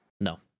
No